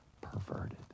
perverted